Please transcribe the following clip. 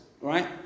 Right